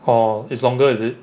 or is longer is it